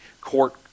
court